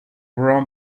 wrong